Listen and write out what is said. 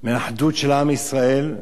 מהאחדות של עם ישראל,